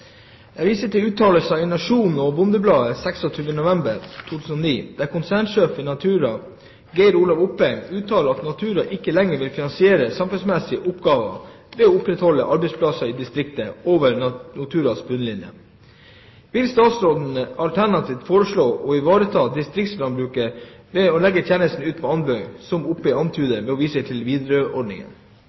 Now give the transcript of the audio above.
til uttalelser i Nationen og Bondebladet 26. november 2009. Konsernsjef i Nortura, Geir Olav Opheim, uttaler at Nortura ikke lenger vil finansiere samfunnsmessige oppgaver som å opprettholde arbeidsplasser i distriktet over Norturas bunnlinje. Vil statsråden alternativt foreslå å ivareta distriktslandbruket ved å legge tjenesten ut på anbud som Opheim antyder ved å vise til